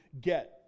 get